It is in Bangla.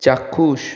চাক্ষুষ